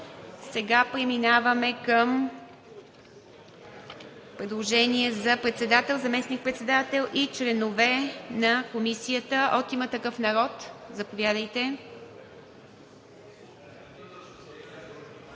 Сега преминаваме към предложения за председател, заместник-председател и членове на Комисията. От „Има такъв народ“ – заповядайте.